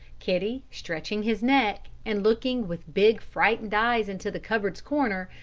kitty, stretching his neck and looking with big, frightened eyes into the cupboard's corner,